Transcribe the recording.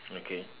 okay